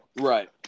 right